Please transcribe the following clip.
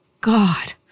God